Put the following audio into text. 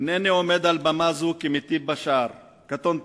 אינני עומד על במה זו כמטיף בשער, קטונתי,